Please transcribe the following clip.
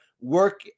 work